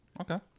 Okay